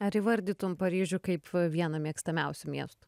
ar įvardytum paryžių kaip vieną mėgstamiausių miestų